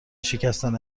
شکستن